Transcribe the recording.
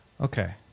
Okay